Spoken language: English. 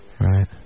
Right